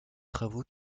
travaux